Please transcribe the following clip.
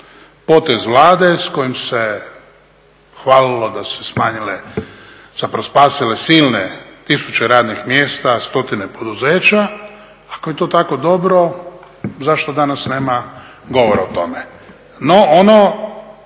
potez Vlade s kojim se hvalilo da su se smanjile, zapravo spasile silne tisuće radnih mjesta, stotine poduzeća. Ako je to tako dobro, zašto danas nema govora o tome?